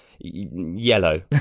yellow